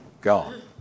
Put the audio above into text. gone